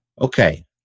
Okay